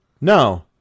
No